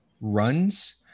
Runs